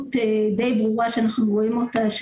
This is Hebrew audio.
מדיניות די ברורה שאנחנו רואים אותה.